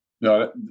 no